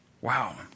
Wow